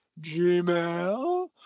Gmail